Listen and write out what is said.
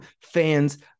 fans